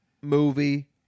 movie